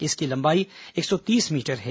इसकी लंबाई एक सौ तीस मीटर है